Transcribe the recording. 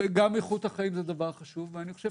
גם איכות החיים זה דבר חשוב ואני חושב